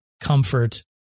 comfort